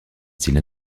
style